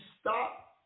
stop